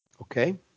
Okay